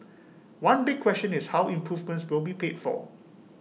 one big question is how improvements will be paid for